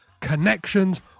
Connections